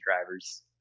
drivers